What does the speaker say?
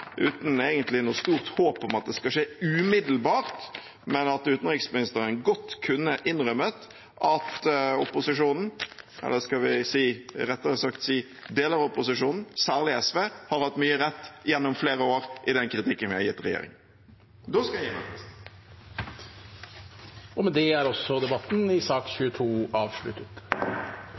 uten egentlig noe stort håp om at det skal skje umiddelbart – at utenriksministeren godt kunne ha innrømmet at opposisjonen, eller skal vi rettere sagt si deler av opposisjonen, særlig SV, har hatt mye rett gjennom flere år i den kritikken vi har gitt regjeringen. Da skal jeg gi meg. Flere har ikke bedt om ordet til sak nr. 22.